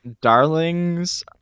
darlings